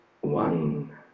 one